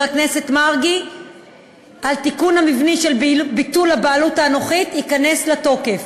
הכנסת מרגי על התיקון המבני של ביטול הבעלות האנכית ייכנס לתוקף.